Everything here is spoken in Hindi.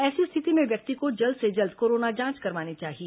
ऐसी स्थिति में व्यक्ति को जल्द से जल्द कोरोना जांच करवानी चाहिए